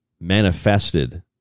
manifested